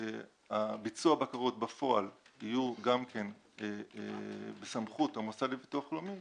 אם ביצוע הבקרות בפועל יהיו בסמכות המוסד לביטוח לאומי,